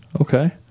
Okay